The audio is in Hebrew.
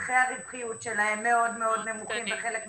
שמתחי הרווחיות שלהם מאוד מאוד נמוכים בחלק מהמקרים,